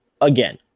Again